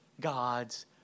God's